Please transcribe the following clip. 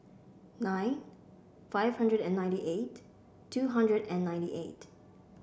nine five hundred and ninety eight two hundred and ninety eight